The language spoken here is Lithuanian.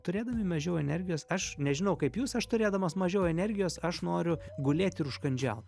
turėdami mažiau energijos aš nežinau kaip jūs aš turėdamas mažiau energijos aš noriu gulėt ir užkandžiaut